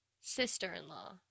sister-in-law